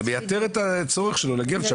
זה מייתר את הצורך שלו להגיע לשם.